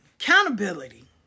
accountability